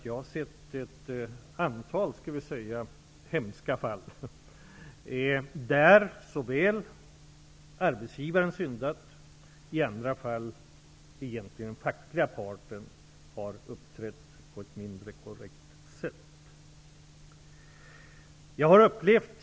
Jag har sett ett antal, skall jag säga, hemska fall, då arbetsgivaren ibland har syndat. I andra fall har egentligen den fackliga parten uppträtt på ett mindre korrekt sätt.